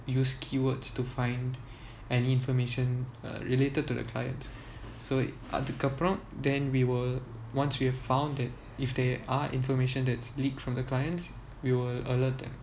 use keywords to find any information related to the clients so அதுக்க அப்புறம்:adhuka apuram then we will once we have found that if there are information that's leaked from the clients we will alert them